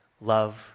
love